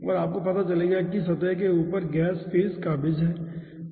और आपको पता चलेगा कि सतह के ऊपर गैस फेज काबिज़ है